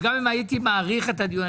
וגם אם הייתי מאריך את הדיון,